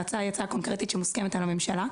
ההצעה היא הצעה קונקרטית שמוסכמת על הממשלה.